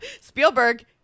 Spielberg